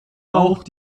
auch